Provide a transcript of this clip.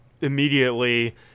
immediately